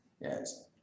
Yes